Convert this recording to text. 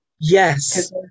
Yes